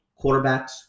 quarterbacks